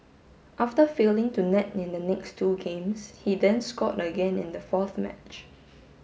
after failing to net in the next two games he then scored again in the fourth match